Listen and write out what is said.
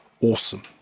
awesome